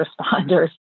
responders